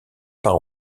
part